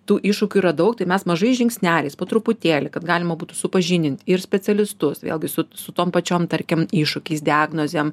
tų iššūkių yra daug tai mes mažais žingsneliais po truputėlį kad galima būtų supažindint ir specialistus vėlgi su su tom pačiom tarkim iššūkiais diagnozėm